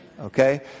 Okay